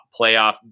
playoff